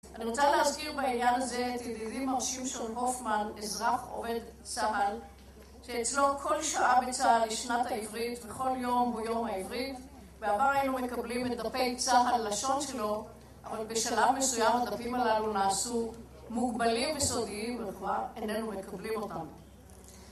אני רוצה להזכיר בעניין הזה את ידידים ארשים של הופמן, אזרח עובד צהל, שאצלו כל שעה בצהל היא שנת העברית, וכל יום הוא יום העברית. בעבר היינו מקבלים את דפי צהל, לשון שלו, אבל בשלב מסוים הדפים הללו נעשו מוגבלים וסודיים, וכבר איננו מקבלים אותם.